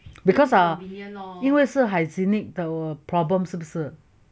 因为是 hygienic 的 problem 是不是